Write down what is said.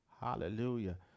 Hallelujah